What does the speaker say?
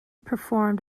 performed